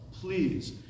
Please